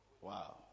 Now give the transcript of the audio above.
Wow